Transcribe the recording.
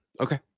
Okay